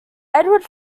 edward